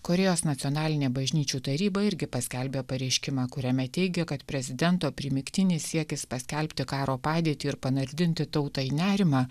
korėjos nacionalinė bažnyčių taryba irgi paskelbė pareiškimą kuriame teigia kad prezidento primygtinis siekis paskelbti karo padėtį ir panardinti tautą į nerimą